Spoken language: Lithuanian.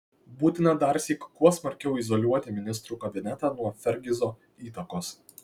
būtina darsyk kuo smarkiau izoliuoti ministrų kabinetą nuo fergizo įtakos